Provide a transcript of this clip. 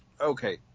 okay